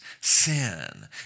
sin